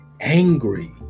angry